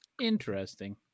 Interesting